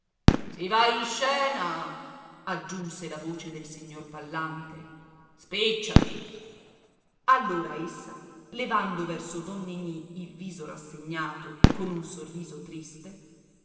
si va in scena aggiunse il vocione del signor pallante spicciati allora essa levando verso don ninì il viso rassegnato con un sorriso triste